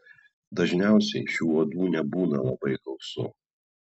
dažniausiai šių uodų nebūna labai gausu